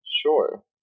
sure